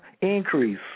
increase